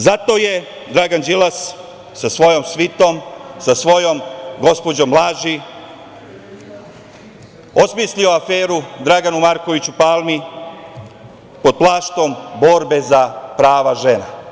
Zato je Dragan Đilas sa svojom svitom, sa svojom gospođom laži, osmislio aferu Draganu Markoviću Palmi pod plaštom borbe za prava žena.